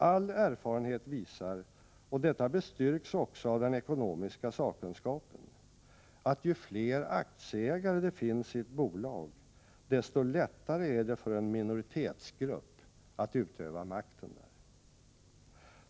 All erfarenhet visar — och detta bestyrks också av den ekonomiska sakkunskapen — att ju fler aktieägare det finns i ett bolag, desto lättare är det för en minoritetsgrupp att utöva makten där.